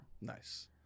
Nice